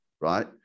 right